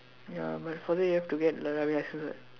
ya but further you have to get the driving license what